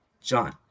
John